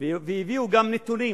והביאו גם נתונים,